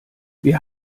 wir